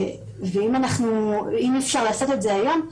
ואם אפשר לעשות את זה היום,